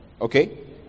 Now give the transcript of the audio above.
Okay